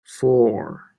four